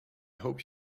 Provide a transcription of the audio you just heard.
hope